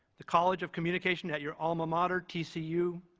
the college of communication at your alma mater, tcu,